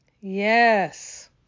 Yes